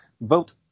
vote